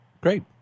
Great